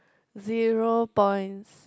zero points